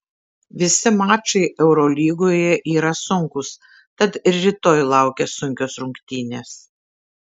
visi mačai eurolygoje yra sunkūs tad ir rytoj laukia sunkios rungtynės